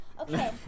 Okay